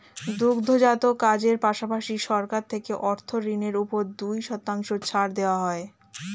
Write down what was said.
দুগ্ধজাত কাজের পাশাপাশি, সরকার থেকে অর্থ ঋণের উপর দুই শতাংশ ছাড় দেওয়া হয়